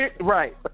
Right